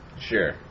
Sure